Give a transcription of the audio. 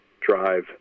drive